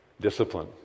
discipline